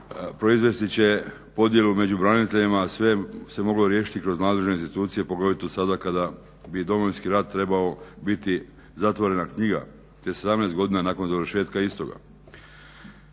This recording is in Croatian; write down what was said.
proizvesti će podjelu među braniteljima, sve se moglo riješiti kroz nadležne institucije, poglavito sada kada bi Domovinski rat trebao biti zatvorena knjiga te 17 godina nakon završetka istoga.